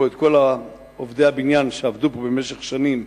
את כל עובדי הבניין שעבדו פה במשך שנים,